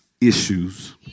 issues